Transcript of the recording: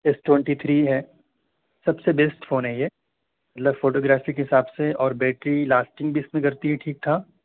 S twenty three ہے سب سے بیسٹ فون ہے یہ مطلب فوٹو گرافی کے حساب سے اور بیٹری لاسٹنگ بھی اس میں کرتی ہے ٹھیک ٹھاک